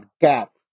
gap